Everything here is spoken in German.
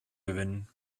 gewinnen